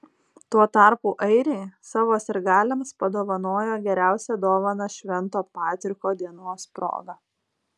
tuo tarpu airiai savo sirgaliams padovanojo geriausią dovaną švento patriko dienos proga